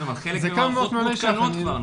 אז זה כן מעלה שאלות --- אבל בחלק המערכות מותקנות כבר.